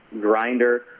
grinder